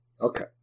Okay